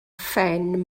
phen